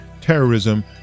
terrorism